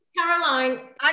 Caroline